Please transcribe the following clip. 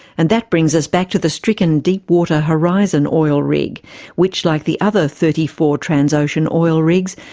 and that brings us back to the stricken deepwater horizon oil rig which, like the other thirty four transocean oil rigs,